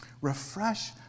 Refresh